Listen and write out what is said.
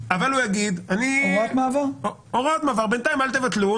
אבל הוא יגיד הוראת מעבר, בינתיים אל תבטלו.